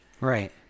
Right